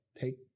take